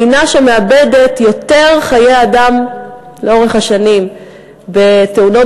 מדינה שלאורך השנים מאבדת בתאונות